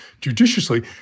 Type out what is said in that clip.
judiciously